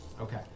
Okay